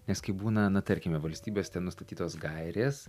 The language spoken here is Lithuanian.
nes kai būna na tarkime valstybės nustatytos gairės